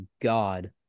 God